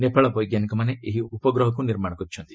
ନେପାଳ ବୈଜ୍ଞାନିକମାନେ ଏହି ଉପଗ୍ରହକୁ ନିର୍ମାଣ କରିଛନ୍ତି